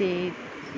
ਅਤੇ